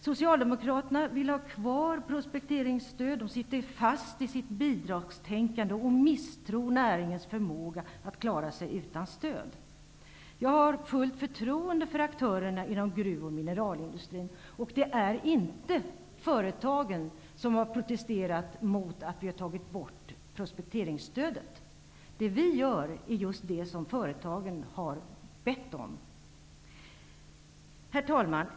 Socialdemokraterna vill ha kvar prospekteringsstöd. De sitter fast i sitt bidragstänkande och misstror näringens förmåga att klara sig utan stöd. Jag har fullt förtroende för aktörerna inom gruv och mineralindustrin. Det är inte företagen som har protesterat mot att vi har tagit bort prospekteringsstödet. Det vi gör är just det som företagen har bett om. Herr talman!